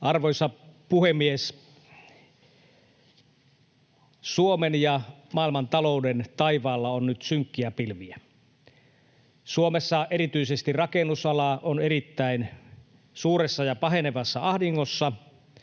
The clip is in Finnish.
Arvoisa puhemies! Suomen ja maailman talouden taivaalla on nyt synkkiä pilviä. Suomessa erityisesti rakennusala on erittäin suuressa ja pahenevassa ahdingossa.